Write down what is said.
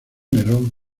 nerón